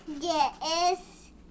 Yes